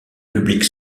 public